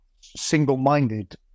single-minded